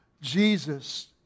Jesus